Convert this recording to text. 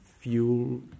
fuel